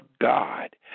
God